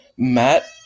Matt